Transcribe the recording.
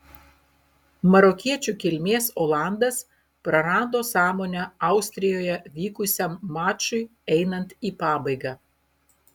marokiečių kilmės olandas prarado sąmonę austrijoje vykusiam mačui einant į pabaigą